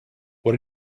what